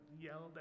yelled